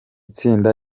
tsinda